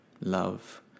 love